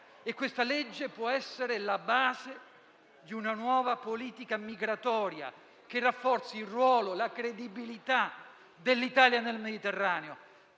Questa legge può essere la base di una nuova politica migratoria, che rafforzi il ruolo e la credibilità dell'Italia nel Mediterraneo,